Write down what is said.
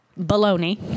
Baloney